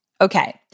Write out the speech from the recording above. Okay